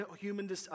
human